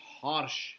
harsh